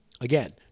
Again